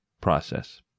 process